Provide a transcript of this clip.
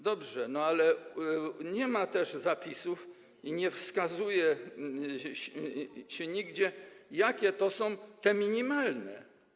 Dobrze, ale nie ma też zapisów ani nie wskazuje się nigdzie, jakie są te minimalne.